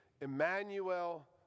Emmanuel